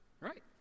Right